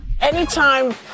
Anytime